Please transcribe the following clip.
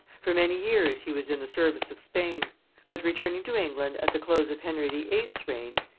for many years he was in the service of spain but returning to england at the close of henry the eighth's reign,